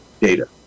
data